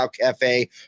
Cafe